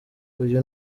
uyu